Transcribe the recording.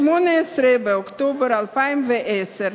ב-18 באוקטובר 2010,